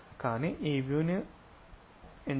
కానీ ఈ వ్యూని ఎంచుకుంటాము